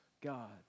God